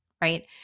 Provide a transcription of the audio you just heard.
right